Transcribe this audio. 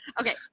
Okay